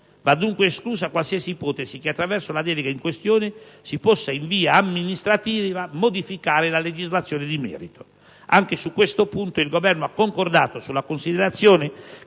Va dunque esclusa qualsiasi ipotesi che attraverso la delega in questione si possa in via amministrativa modificare la legislazione di merito. Anche su questo punto il Governo ha concordato sulla considerazione